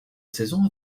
saison